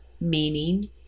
meaning